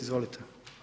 Izvolite.